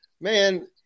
Man